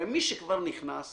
הרי מי שכבר נכנס